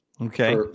Okay